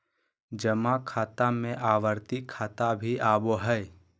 जमा खाता में आवर्ती खाता भी आबो हइ